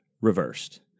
reversed